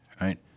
right